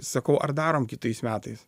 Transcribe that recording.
sakau ar darom kitais metais